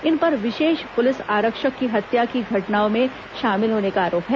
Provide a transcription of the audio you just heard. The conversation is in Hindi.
इन पर विशेष पुलिस आरक्षक की हत्या की घटनाओं में शामिल होने का आरोप है